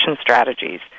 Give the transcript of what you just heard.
strategies